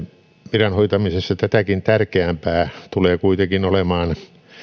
viran hoitamisessa tätäkin tärkeämpää tulee kuitenkin olemaan